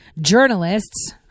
journalists